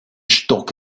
stock